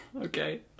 Okay